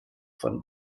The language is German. von